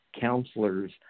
counselors